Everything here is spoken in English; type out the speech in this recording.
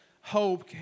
hope